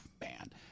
Man